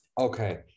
okay